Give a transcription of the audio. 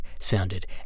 sounded